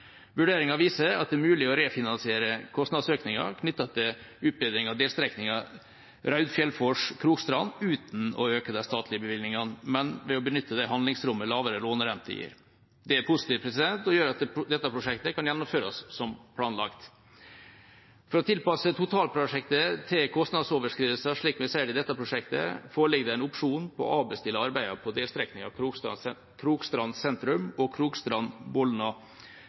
viser at det er mulig å refinansiere kostnadsøkningen knyttet til utbedring av delstrekningen Raudfjellfors–Krokstrand uten å øke de statlige bevilgningene, men ved å benytte det handlingsrommet lavere lånerente gir. Det er positivt og gjør at dette prosjektet kan gjennomføres som planlagt. For å tilpasse totalprosjektet til kostnadsoverskridelser, slik vi ser i dette prosjektet, foreligger det en opsjon på å avbestille arbeidet på delstrekningene Krokstrand sentrum og